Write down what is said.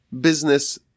business